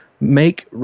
Make